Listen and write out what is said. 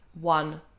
one